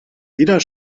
wieder